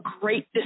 great